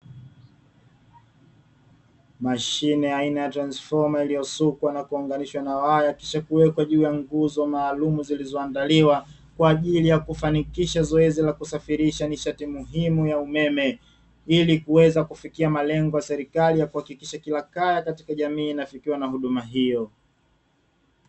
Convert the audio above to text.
Mashine aina ya transifoma iliyosukwa na kuwaunganisha na haya kisha kuwekwa juu ya nguzo maalumu, zilizoandaliwa kwa ajili ya kufanikisha zoezi la kusafirisha nishati muhimu ya umeme ili kuweza kufikia malengo ya serikali ya kuhakikisha kila kaya katika jamii na fikiwa na huduma hiyo.